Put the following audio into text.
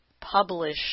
publish